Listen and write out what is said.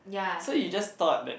so you just thought that